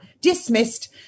dismissed